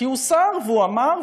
כי הוא שר והוא אמר,